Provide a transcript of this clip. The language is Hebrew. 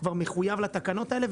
כבר מחויב לתקנות האלה,